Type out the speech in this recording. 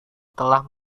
telah